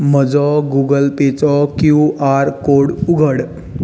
म्हजो गुगल पेचो Q R code उघड